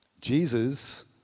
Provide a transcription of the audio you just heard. Jesus